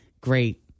great